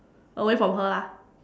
away from her lah